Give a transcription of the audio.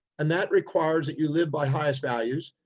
and that requires that you live by highest values.